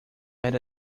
era